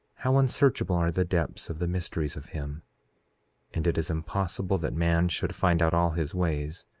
how unsearchable are the depths of the mysteries of him and it is impossible that man should find out all his ways.